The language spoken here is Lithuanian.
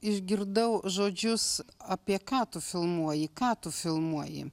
išgirdau žodžius apie ką tu filmuoji ką tu filmuoji